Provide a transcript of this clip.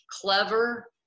clever